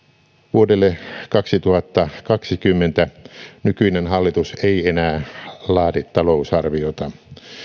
vuodelle kaksituhattakaksikymmentä nykyinen hallitus ei enää laadi talousarviota